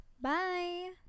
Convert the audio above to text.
bye